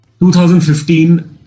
2015